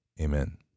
Amen